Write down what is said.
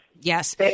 Yes